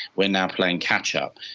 we are now playing catch-up,